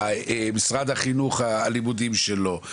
משרד החינוך הלימודים שלו?